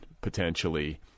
potentially